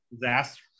disaster